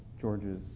George's